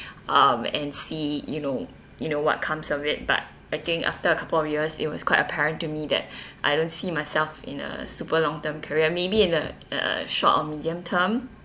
um and see you know you know what comes of it but I think after a couple of years it was quite apparent to me that I don't see myself in a super long term career maybe in a a short or medium term